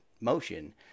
motion